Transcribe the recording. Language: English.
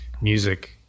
music